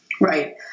Right